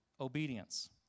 obedience